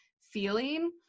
feeling